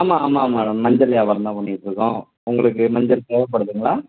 ஆமாம் ஆமாம் மேடம் மஞ்சள் வியாபாரம்தான் பண்ணிகிட்டு இருக்கோம் உங்களுக்கு மஞ்சள் தேவைப்படுதுங்களா